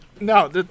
No